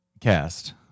cast